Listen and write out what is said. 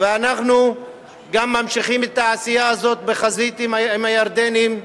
ואנחנו גם ממשיכים את העשייה הזאת בחזית עם הירדנים.